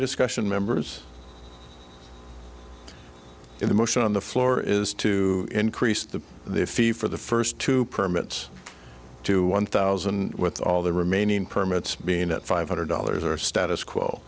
discussion members in the motion on the floor is to increase the the fee for the first two permits to one thousand with all the remaining permits being at five hundred dollars or status quo